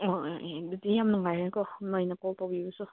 ꯑꯣ ꯑꯥ ꯑꯦ ꯑꯗꯨꯗꯤ ꯌꯥꯝ ꯅꯨꯡꯉꯥꯏꯔꯦꯀꯣ ꯅꯣꯏꯅ ꯀꯣꯜ ꯇꯧꯕꯤꯕꯁꯨ